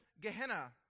Gehenna